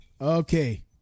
Okay